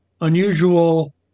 unusual